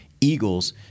Eagles